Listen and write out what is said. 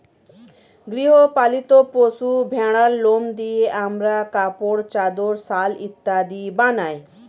গৃহ পালিত পশু ভেড়ার লোম দিয়ে আমরা কাপড়, চাদর, শাল ইত্যাদি বানাই